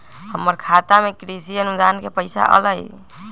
हमर खाता में कृषि अनुदान के पैसा अलई?